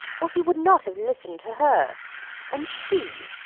or he would not have listened to her and she,